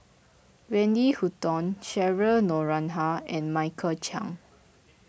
Wendy Hutton Cheryl Noronha and Michael Chiang